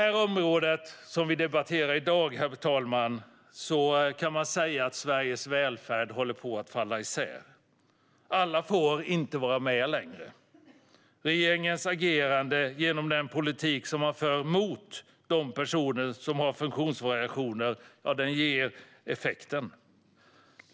På det område vi debatterar i dag kan man säga att Sveriges välfärd håller på att falla isär. Alla får inte vara med längre. Regeringens agerande genom den politik man för mot de personer som har funktionsvariationer ger den effekten.